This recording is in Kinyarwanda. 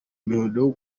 muhindo